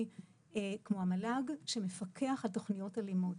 כמו המל"ג שמפקח על תוכניות הלימוד.